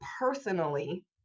personally